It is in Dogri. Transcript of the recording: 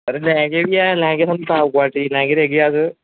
यरो लैहंगे बी हैन लैहंगे थुहानू टॉप क्वालिटी च देगे अस